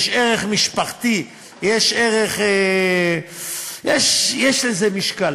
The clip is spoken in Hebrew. יש ערך משפחתי, יש ערך, יש לזה משקל.